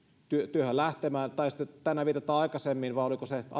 työhön lähtemään tai sitten viitaten tänään aikaisemmin kuultuun vai oliko se